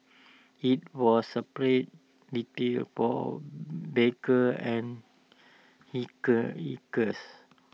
IT was separate detail for bikers and hikers hikers